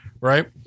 Right